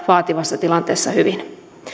vaativassa tilanteessa hyvin